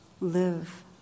live